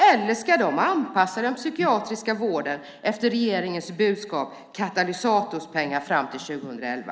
Eller ska de anpassa den psykiatriska vården efter regeringens budskap om katalysatorpengar fram till 2011?